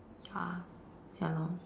ya ya lor